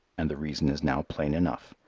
and the reason is now plain enough.